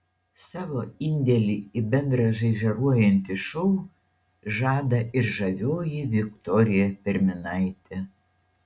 savo indėlį į bendrą žaižaruojantį šou žada ir žavioji viktorija perminaitė